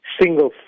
single